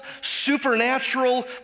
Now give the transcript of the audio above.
supernatural